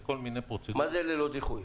וכל מיני פרוצדורות -- מה זה "ללא דיחוי"?